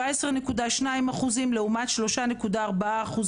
17.2% לעומת 3.4%,